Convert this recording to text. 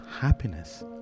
happiness